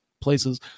places